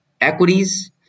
equities